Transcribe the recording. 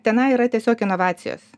tenai yra tiesiog inovacijos